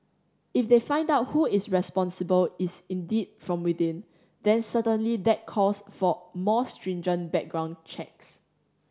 if they find out who is responsible is indeed from within then certainly that calls for more stringent background checks